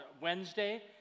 Wednesday